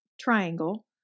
triangle